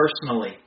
personally